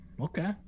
okay